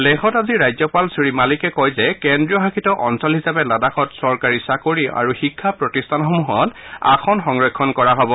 লেহত আজি ৰাজ্যপাল শ্ৰীমালিকে কয় যে কেন্দ্ৰীয় শাসিত অঞ্চল হিচাপে লাডাখত চৰকাৰী চাকৰি আৰু শিক্ষা প্ৰতিষ্ঠানসমূহত আসন সংৰক্ষণ কৰা হ'ব